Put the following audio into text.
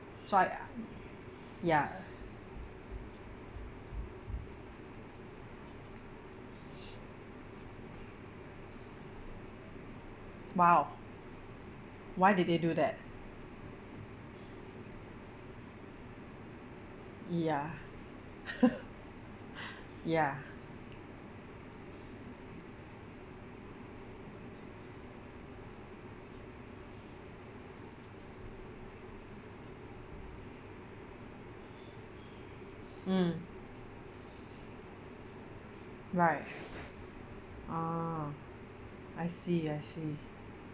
so I ya !wow! why did they do that ya ya mm right ah I see I see